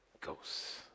ghosts